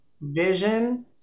vision